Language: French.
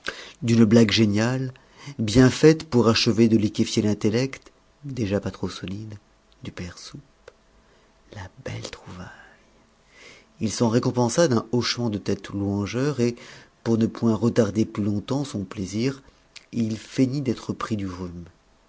d'une blague géniale bien faite pour achever de liquéfier l'intellect déjà pas trop solide du père soupe la belle trouvaille il s'en récompensa d'un hochement de tête louangeur et pour ne point retarder plus longtemps son plaisir il feignit d'être pris du